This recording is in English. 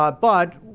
ah but,